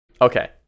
Okay